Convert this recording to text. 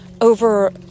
over